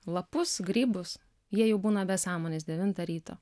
lapus grybus jie jau būna be sąmonės devintą ryto